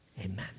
amen